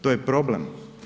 To je problem.